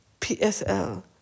PSL